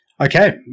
Okay